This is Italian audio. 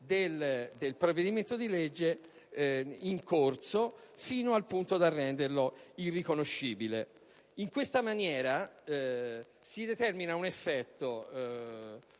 del provvedimento di legge in corso, fino al punto da renderlo irriconoscibile. In tal modo, si determina un effetto